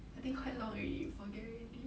I think quite long already you forget already